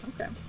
okay